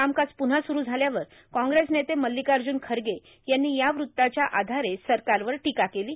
कामकाज पुन्हा सुरू झाल्यावर काँग्रेस नेते मल्लिकाजुन खरगे यांनी या वृत्ताच्या आधारे सरकारवर टोका केलो